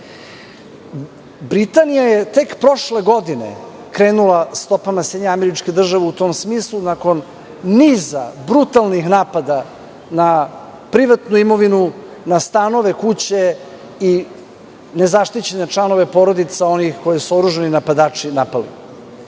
Britanija je tek prošle godine krenula stopama SAD u tom smislu, nakon niza brutalnih napada na privatnu imovinu, na stanove, kuće i nezaštićene članove porodica onih koje su oružani napadači napali.